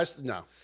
No